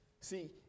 See